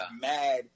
mad